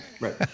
Right